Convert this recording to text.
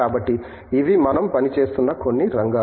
కాబట్టి ఇవి మనం పని చేస్తున్న కొన్ని రంగాలు